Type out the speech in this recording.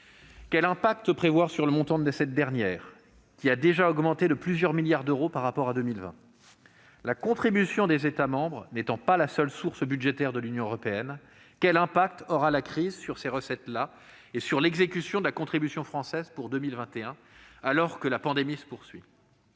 Quelle incidence prévoir sur le montant de cette dernière, qui a déjà augmenté de plusieurs milliards d'euros par rapport à 2020 ? La contribution des États membres n'étant pas la seule source budgétaire de l'Union européenne, quel effet aura la crise sur les autres recettes et sur l'exécution de la contribution française pour 2021, alors que la pandémie se poursuit ?